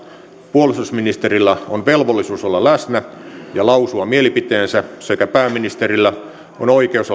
puolustusministerillä on velvollisuus olla läsnä ja lausua mielipiteensä sekä pääministerillä on oikeus